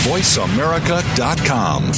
VoiceAmerica.com